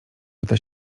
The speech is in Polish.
pyta